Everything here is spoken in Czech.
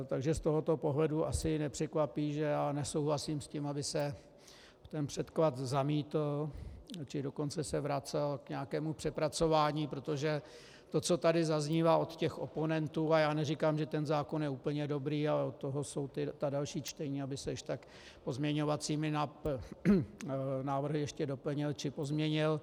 Takže z tohoto pohledu asi nepřekvapí, že nesouhlasím s tím, aby se ten předklad zamítl, či dokonce se vracel k nějakému přepracování, protože to, co tady zaznívá od oponentů, a já neříkám, že ten zákon je úplně dobrý, ale od toho jsou ta další čtení, aby se když tak pozměňovacími návrhy ještě doplnil či pozměnil.